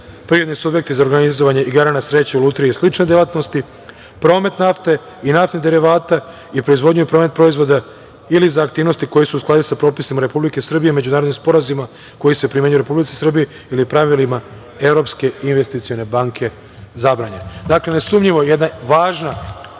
privredni subjekti iz organizovanja igara na sreću, lutrije i slične delatnosti, promet nafte i naftnih derivata i proizvodnja i promet proizvoda ili za aktivnosti koje su u skladu sa propisima Republike Srbije, međunarodnim sporazumima koji se primenjuju u Republici Srbiji ili pravilima Evropske investicione banke zabranjene. Nesumnjivo jedna važna